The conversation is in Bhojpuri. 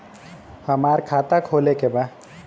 हमार खाता खोले के बा?